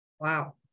Wow